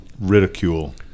ridicule